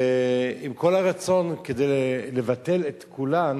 ועם כל הרצון, כדי לבטל את כולן